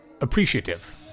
appreciative